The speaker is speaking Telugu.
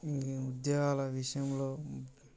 ఉద్యోగాల విషయంలో